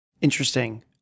Interesting